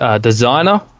designer